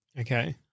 Okay